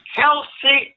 healthy